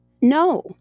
No